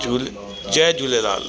झूल जय झूलेलाल